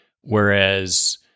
whereas